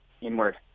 inward